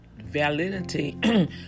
validity